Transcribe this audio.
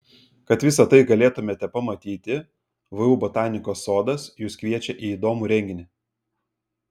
kad visa tai galėtumėte pamatyti vu botanikos sodas jus kviečia į įdomų renginį